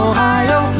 Ohio